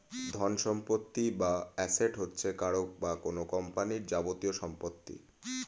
ধনসম্পত্তি বা অ্যাসেট হচ্ছে কারও বা কোন কোম্পানির যাবতীয় সম্পত্তি